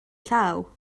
llaw